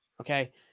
Okay